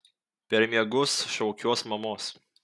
per miegus šaukiuos mamos